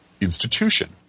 institution